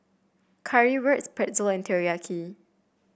Currywurst Pretzel and Teriyaki